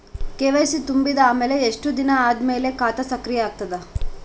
KYC ತುಂಬಿದ ಅಮೆಲ ಎಷ್ಟ ದಿನ ಆದ ಮೇಲ ಖಾತಾ ಸಕ್ರಿಯ ಅಗತದ?